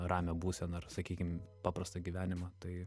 ramią būseną ar sakykim paprastą gyvenimą tai